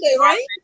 right